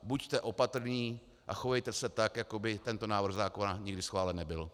Buďte opatrní a chovejte se tak, jako by tento návrh zákona nikdy schválen nebyl.